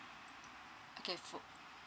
okay for